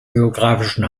geographischen